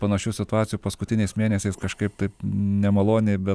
panašių situacijų paskutiniais mėnesiais kažkaip taip nemaloniai bet